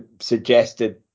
suggested